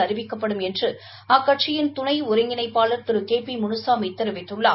அறிவிக்கப்படும் என்று அக்கட்சியின் துணை ஒருங்கிணைப்பாளர் திரு கே பி முனுளமி தெரிவித்துள்ளார்